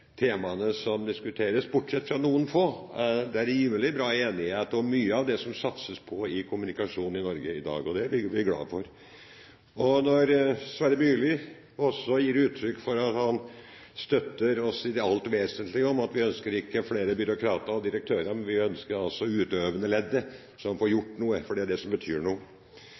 temaene som diskuteres, bortsett fra noen få. Det er rimelig bra enighet om mye av det som det satses på innen kommunikasjon i Norge i dag, og det er vi glad for. Sverre Myrli gir uttrykk for at han i det alt vesentlige støtter oss når vi ikke ønsker flere byråkrater og direktører, men ønsker utøvende ledd som får gjort noe, for det er det som betyr noe.